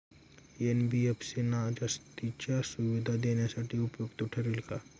NBFC ना जास्तीच्या सुविधा देण्यासाठी उपयुक्त ठरेल का?